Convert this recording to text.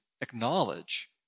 acknowledge